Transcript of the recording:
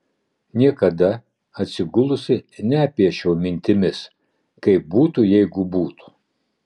niekada atsigulusi nepiešiau mintimis kaip būtų jeigu būtų